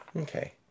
Okay